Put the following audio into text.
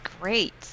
great